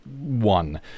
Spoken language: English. one